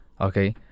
okay